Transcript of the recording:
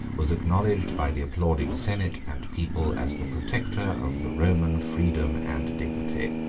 was acknowledged by the applauding senate and people as the protector of the roman freedom and dignity.